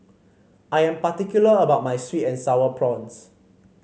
I am particular about my sweet and sour prawns